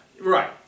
right